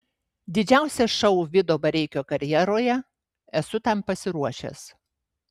didžiausias šou vido bareikio karjeroje esu tam pasiruošęs